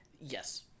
Yes